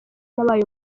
nabaye